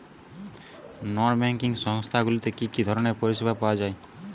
নন banking সংস্থা গুলিতে কি কি ধরনের পরিসেবা পাওয়া য়ায়?